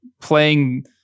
playing